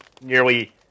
Nearly